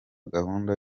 gahunda